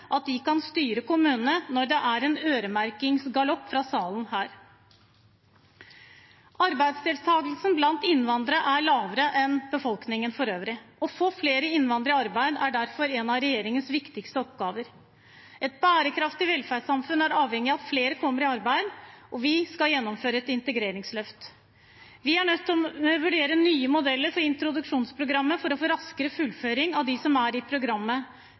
at de kan styre kommunene når det er en øremerkingsgalopp fra salen her. Arbeidsdeltakelsen blant innvandrere er lavere enn i befolkningen for øvrig. Å få flere innvandrere i arbeid er derfor en av regjeringens viktigste oppgaver. Et bærekraftig velferdssamfunn er avhengig av at flere kommer i arbeid. Vi skal gjennomføre et integreringsløft. Vi er nødt til å vurdere nye modeller for introduksjonsprogrammet for å få raskere fullføring for dem som er i programmet.